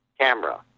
camera